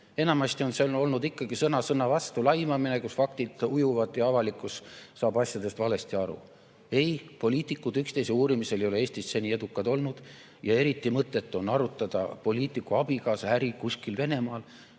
Enamasti on see olnud sõna sõna vastu laimamine, kus faktid ujuvad ja avalikkus saab asjadest valesti aru. Ei, poliitikud ei ole üksteise uurimisel Eestis seni edukad olnud ja eriti mõttetu on arutada poliitiku abikaasa äri kuskil Venemaal,